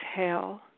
exhale